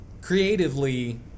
creatively